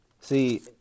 See